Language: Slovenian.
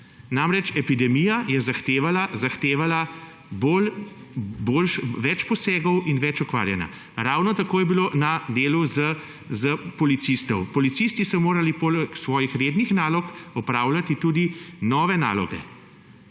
leta. Epidemija je zahtevala več posegov in več ukvarjanja. Ravno tako je bilo pri delu policistov. Policisti so morali poleg svojih rednih nalog opravljati tudi nove naloge,